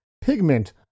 pigment